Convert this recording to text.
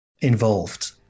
involved